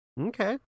Okay